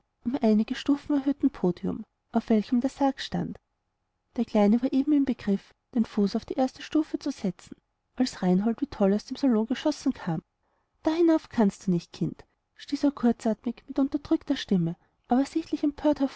einige stufen erhöhten podium auf welchem der sarg stand der kleine war eben im begriff den fuß auf die erste stufe zu setzen als reinhold wie toll aus dem salon geschossen kam da hinauf kannst du nicht kind stieß er kurzatmig mit unterdrückter stimme aber sichtlich